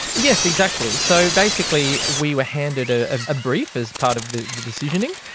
yes, exactly. so basically we were handed a ah brief as part of the the decisioning,